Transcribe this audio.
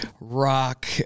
rock